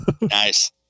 Nice